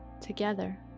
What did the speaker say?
together